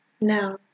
now